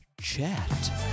chat